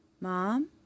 Mom